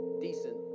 decent